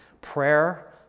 Prayer